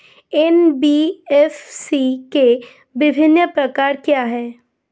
NBFC के विभिन्न प्रकार क्या हैं?